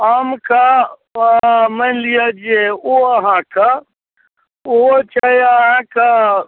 आमके आओर मानि लिऽ जे ओ अहाँक ओ छै अहाँके